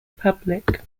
public